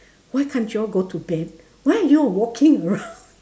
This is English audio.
why can't you all go to bed why are you all walking around